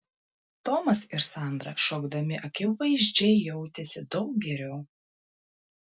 tomas ir sandra šokdami akivaizdžiai jautėsi daug geriau